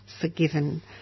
forgiven